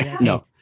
No